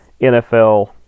NFL